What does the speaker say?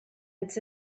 it’s